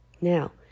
Now